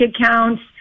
accounts